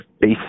base